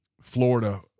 Florida